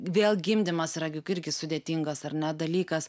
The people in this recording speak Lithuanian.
vėl gimdymas yra juk irgi sudėtingas ar ne dalykas